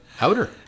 outer